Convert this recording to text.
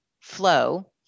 flow